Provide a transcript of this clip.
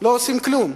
לא עושים כלום.